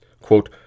quote